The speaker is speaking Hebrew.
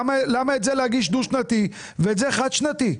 למה את זה להגיש דו-שנתי ואת זה חד-שנתי?